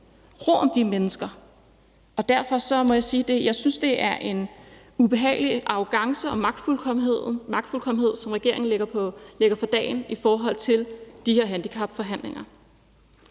ro om de mennesker. Derfor må jeg sige, at jeg synes, det er en ubehagelig arrogance og magtfuldkommenhed, som regeringen lægger for dagen i forhold til de her handicapforhandlinger.